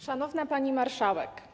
Szanowna Pani Marszałek!